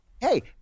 Hey